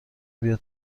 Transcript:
بیا